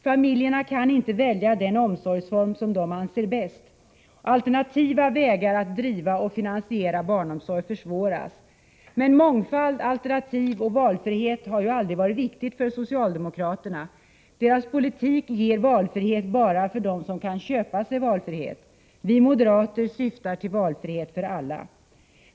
Familjerna kan inte välja den omsorgsform som de anser bäst. Alternativa vägar att driva och finansiera barnomsorg försvåras. Men mångfald, alternativ och valfrihet har ju aldrig varit viktigt för socialdemokraterna. Deras politik ger valfrihet bara för dem som kan köpa sig valfrihet. Vi moderater syftar till valfrihet för alla.